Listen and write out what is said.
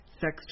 sex